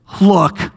look